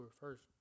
first